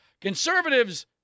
Conservatives